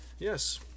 Yes